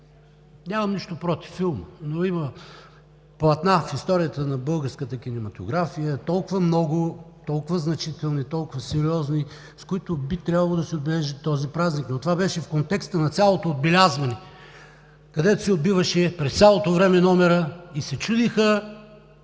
Нямам нищо против филма, но има толкова много платна в историята на българската кинематография, толкова значителни, толкова сериозни, с които би трябвало да се отбележи този празник. Но това беше в контекста на цялото отбелязване, където се отбиваше през цялото време номерът и се чудеха